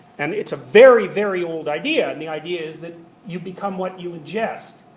and it's a very, very old idea. and the idea is that you become what you ingest,